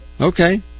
Okay